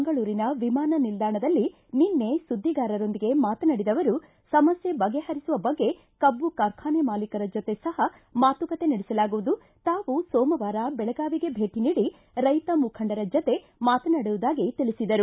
ಮಂಗಳೂರಿನ ವಿಮಾನ ನಿಲ್ದಾಣದಲ್ಲಿ ನಿನ್ನೆ ಸುದ್ದಿಗಾರರೊಂದಿಗೆ ಮಾತನಾಡಿದ ಅವರು ಸಮಸ್ಕೆ ಬಗೆಹರಿಸುವ ಬಗ್ಗೆ ಕಬ್ಬು ಕಾರ್ಖಾನೆ ಮಾಲೀಕರ ಜತೆ ಸಹ ಮಾತುಕತೆ ನಡೆಸಲಾಗುವುದು ತಾವು ಸೋಮವಾರ ಬೆಳಗಾವಿಗೆ ಭೇಟ ನೀಡಿ ರೈತ ಮುಖಂಡರ ಜತೆ ಮಾತನಾಡುವುದಾಗಿ ತಿಳಿಸಿದರು